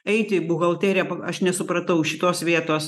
eiti į buhalteriją aš nesupratau šitos vietos